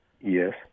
Yes